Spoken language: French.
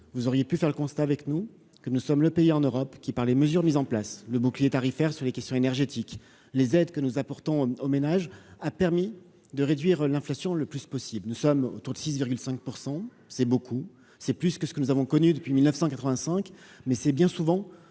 vous auriez pu faire le constat avec nous que nous sommes le pays en Europe qui, par mesures mises en place le bouclier tarifaire sur les questions énergétiques, les aides que nous apportons aux ménages a permis de réduire l'inflation le plus possible, nous sommes autour de 6,5 % c'est beaucoup, c'est plus que ce que nous avons connu depuis 1985 mais c'est bien souvent,